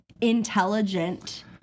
intelligent